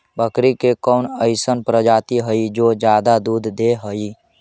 बकरी के कौन अइसन प्रजाति हई जो ज्यादा दूध दे हई?